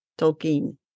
Tolkien